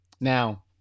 Now